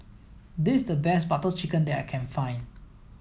this is the best Butter Chicken that I can find